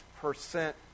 percent